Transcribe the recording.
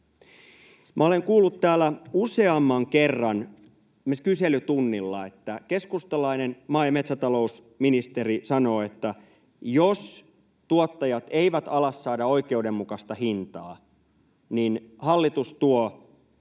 Olen kuullut täällä useamman kerran esimerkiksi kyselytunnilla, että keskustalainen maa- ja metsätalousministeri sanoo, että jos tuottajat eivät ala saada oikeudenmukaista hintaa, hallitus tuo